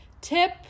tip